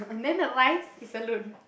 then the rice is alone